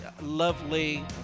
lovely